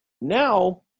now